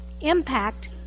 impact